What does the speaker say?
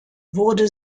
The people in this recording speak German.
wurde